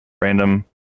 random